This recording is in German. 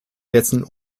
dessen